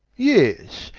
yes,